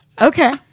Okay